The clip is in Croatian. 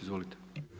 Izvolite.